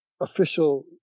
official